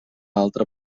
altra